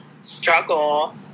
struggle